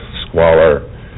squalor